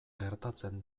gertatzen